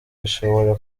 bishobora